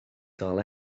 gael